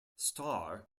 star